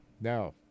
No